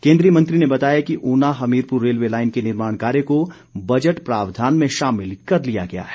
केंद्रीय मंत्री ने बताया कि ऊना हमीरपुर रेलवे लाईन के निर्माण कार्य को बजट प्रावधान में शामिल कर लिया गया है